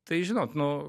tai žinot nu